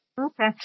Okay